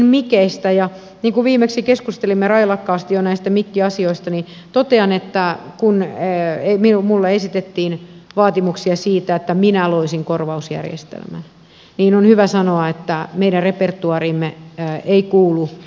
niin kuin viimeksi keskustelimme railakkaasti jo näistä mikkiasioista totean että kun minulle esitettiin vaatimuksia siitä että minä loisin korvausjärjestelmän niin on hyvä sanoa että meidän repertoaariimme ei kuulu tämä puoli